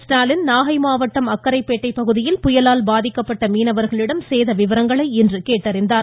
ஸ்டாலின் நாகை மாவட்டம் அக்கறைப்பேட்டை பகுதியில் புயலால் பாதிக்கப்பட்ட மீனவர்களிடம் சேத விபரங்களை கேட்டறிந்தார்